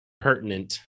pertinent